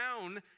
down